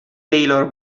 taylor